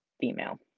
female